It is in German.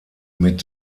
mit